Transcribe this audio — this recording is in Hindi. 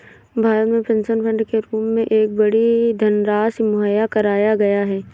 भारत में पेंशन फ़ंड के रूप में एक बड़ी धनराशि मुहैया कराया गया है